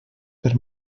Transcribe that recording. per